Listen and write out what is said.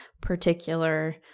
particular